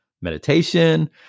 meditation